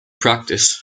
practice